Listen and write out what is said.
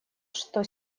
что